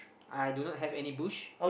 I do not have any bush